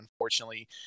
unfortunately